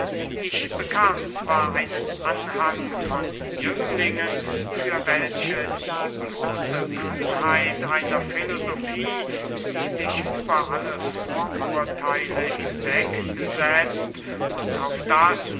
ich bekam zwar einen anhang von jünglingen für welche die bloße kühnheit einer filosofie die sich über alle vorurtheile hinwegsetzt und auf das